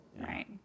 right